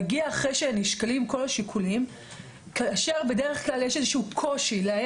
מגיע אחרי שנשקלים כל השיקולים כאשר בדרך כלל יש איזשהו קושי לאיין